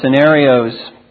scenarios